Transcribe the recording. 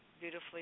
beautifully